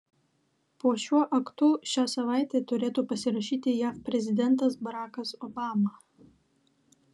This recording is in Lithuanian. po šiuo aktu šią savaitę turėtų pasirašyti jav prezidentas barakas obama